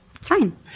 Fine